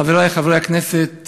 חברי חברי הכנסת